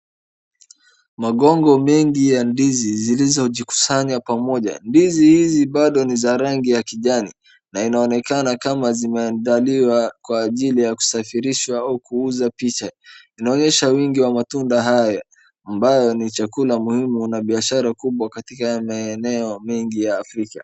Magongo mengi ya ndizi zilizojikusanya pamoja. Ndizi hizi bado ni za rangi ya kijani na inaonekana kama zimeandaliwa kwa ajili ya kusafirishwa au kuuza picha. Inaonyesha wingi wa matunda haya ambayo ni chakula muhimu na biashara kubwa katika maeneo mengi ya Africa.